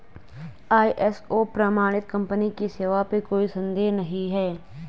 ISO प्रमाणित company की सेवा पे कोई संदेह नहीं है